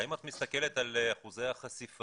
האם את מסתכלת על אחוזי החשיפה?